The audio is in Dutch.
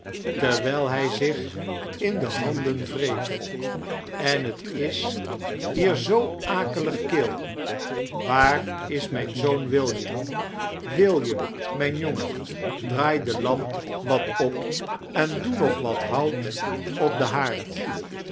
terwijl hij zich in de handen wreef en x is hier zoo akelig ml waar is mijn oon william william mijn jongen draai de lamp wat op en doe nog wat hout op den haard